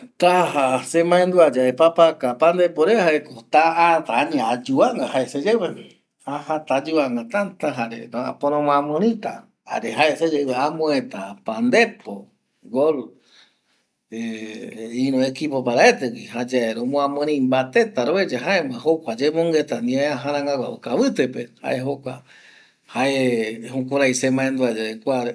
Taja se mandua ye papaka pandepo re jaeko ata añe ayuvanga, ajta ayvanga tata amueta gol pandemo iru equipo paraete reta güi jaema jukurei aja se ayemongueta se mandua kuare ye.